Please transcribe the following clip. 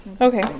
okay